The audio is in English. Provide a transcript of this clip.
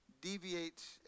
deviate